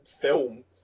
film